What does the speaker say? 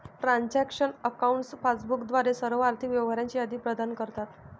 transaction accounts passbook द्वारे सर्व आर्थिक व्यवहारांची यादी प्रदान करतात